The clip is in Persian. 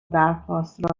درخواست